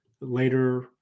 later